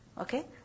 Okay